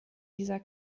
dieser